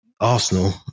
Arsenal